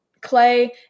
clay